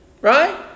Right